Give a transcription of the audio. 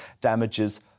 damages